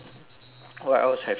what else have you explored